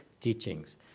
teachings